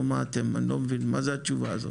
אני לא מבין את התשובה הזאת.